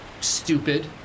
stupid